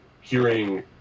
hearing